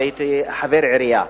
אבל הייתי חבר עירייה,